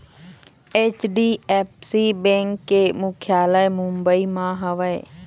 HDFC bank के मुख्यालय मुंबई म हवय